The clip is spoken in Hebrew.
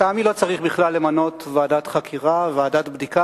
לטעמי לא צריך בכלל למנות ועדת חקירה וועדת בדיקה,